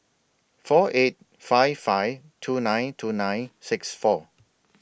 four eight five five two nine two nine six four